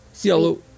Yellow